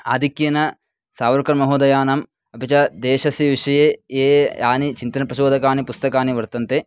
आधिक्येन सावर्कर् महोदयानाम् अपि च देशस्य विषये यानि यानि चिन्तनप्रचोदकानि पुस्तकानि वर्तन्ते